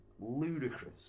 ludicrous